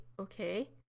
okay